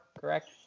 correct